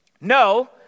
No